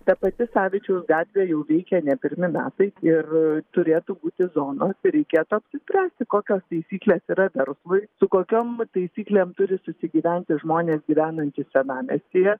ta pati savičiaus gatvė jau veikia ne pirmi metai ir turėtų būti zonos ir reikėtų apsispręsti kokios taisyklės yra verslui su kokiom taisyklėm turi susigyventi žmonės gyvenantys senamiestyje